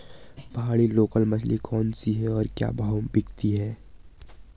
पहाड़ी लोकल मछली कौन सी है और क्या भाव बिकती है?